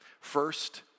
First